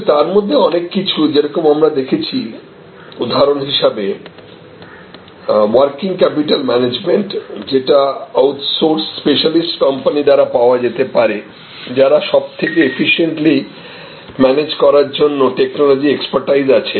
কিন্তু তার মধ্যে অনেক কিছু যেরকম আমরা দেখেছি উদাহরণ হিসাবে ওয়ার্কিং ক্যাপিটাল ম্যানেজমেন্ট যেটা আউটসোর্সড স্পেশালিস্ট কোম্পানি দ্বারা পাওয়া যেতে পারে যার সবথেকে এফিশিয়েন্টলি ম্যানেজ করার জন্য টেকনোলজি এক্সপার্টিজ আছে